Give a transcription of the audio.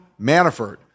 Manafort